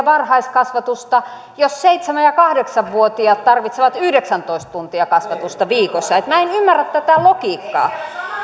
varhaiskasvatusta jos seitsemän ja kahdeksan vuotiaat tarvitsevat yhdeksäntoista tuntia kasvatusta viikossa minä en ymmärrä tätä logiikkaa